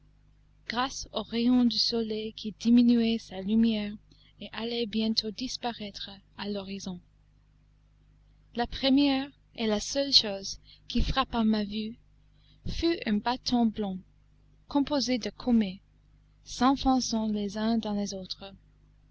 grâce aux rayons du soleil qui diminuait sa lumière et allait bientôt disparaître à l'horizon la première et la seule chose qui frappa ma vue fut un bâton blond composé de cornets s'enfonçant les uns dans les autres